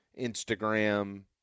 Instagram